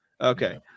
Okay